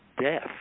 death